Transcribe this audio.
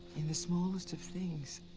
in the smallest of things